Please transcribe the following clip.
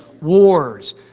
wars